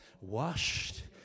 Washed